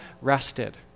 rested